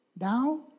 Now